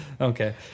Okay